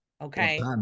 Okay